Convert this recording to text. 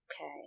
Okay